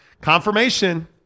Confirmation